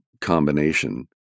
combination